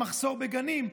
של מחסור בגנים,